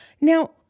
Now